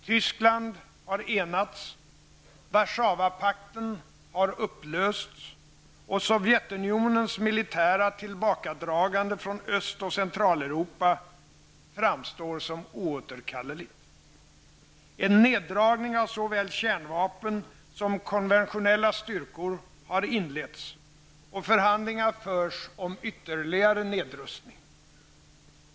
Tyskland har enats, Warszawapakten har upplösts, och Sovjetunionens militära tillbakadragande från Öst och Centraleuropa framstår som oåterkalleligt. En neddragning av såväl kärnvapen som konventionella styrkor har inletts och förhandlingar förs om ytterligare nedrustning.